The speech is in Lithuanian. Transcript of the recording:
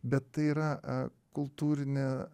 bet tai yra kultūrinė